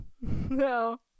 no